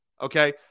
okay